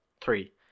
three